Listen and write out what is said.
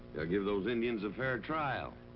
they'll give those indians a fair trial.